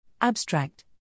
Abstract